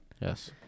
Yes